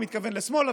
הוא מתכוון לשמאלה,